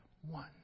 one